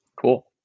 Cool